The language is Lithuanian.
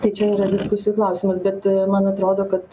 tai čia yra diskusijų klausimas bet man atrodo kad